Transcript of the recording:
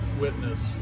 witness